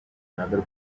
another